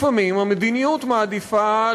לפעמים המדיניות מעדיפה,